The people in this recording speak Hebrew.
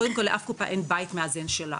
קודם כל לאף קופה אין בית מאזן שלה,